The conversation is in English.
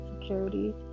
security